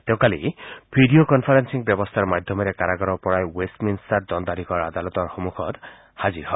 তেওঁ video conferencing ব্যৱস্থাৰ মাধ্যমেৰে কাৰাগাৰৰ পৰাই ৱেষ্ট মিন্টাৰ দণ্ডাধীশৰ আদালতৰ সম্মুখন হাজিৰ হয়